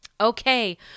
Okay